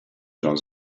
john